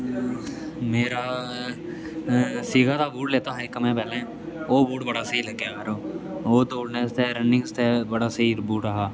मेरा सीता दा बूट लैता हा इक में पैह्ले ओह् बूट बड़ा स्हेई लग्गेआ यरो ओह् दोड़ने आस्तै रानिंग आस्तै बड़ा स्हेई बूट हा